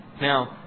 Now